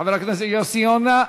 חבר הכנסת יוסי יונה,